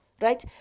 right